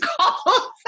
calls